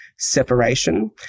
separation